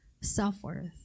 self-worth